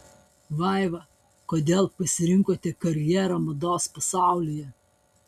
vaiva kodėl pasirinkote karjerą mados pasaulyje